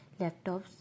laptops